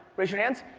raise your hands.